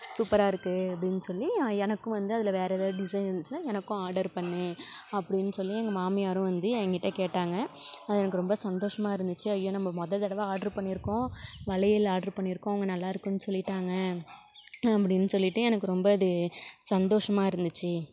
சூப்பராக இருக்கு அப்படின்னு சொல்லி எனக்கும் வந்து அதில் வேறு ஏதா டிசைன் இருந்துச்சுன்னா எனக்கும் ஆர்டர் பண்ணு அப்படின்னு சொல்லி எங்கள் மாமியாரும் வந்து என்கிட்ட கேட்டாங்க அது எனக்கு ரொம்ப சந்தோசமாக இருந்துச்சு ஐயோ நம்ம முத தடவை ஆர்டர் பண்ணிருக்கோம் வளையல் ஆர்டர் பண்ணிருக்கோம் அவங்க நல்லாயிருக்குனு சொல்லிவிட்டாங்க அப்படின்னு சொல்லிட்டு எனக்கு ரொம்ப இது சந்தோசமாக இருந்துச்சு